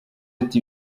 ati